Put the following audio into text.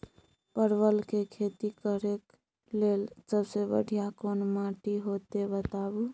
परवल के खेती करेक लैल सबसे बढ़िया कोन माटी होते बताबू?